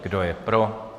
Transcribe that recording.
Kdo je pro?